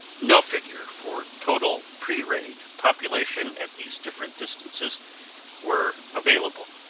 no figure for total pre-raid population at these different distances were available.